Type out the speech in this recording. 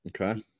Okay